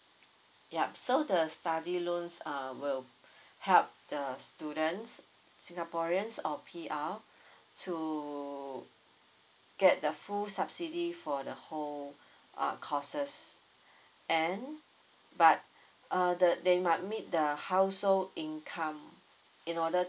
ya so the study loans uh will help the students singaporeans or P_R to get the full subsidy for the whole uh courses and but uh the they must meet the household income in order